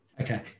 Okay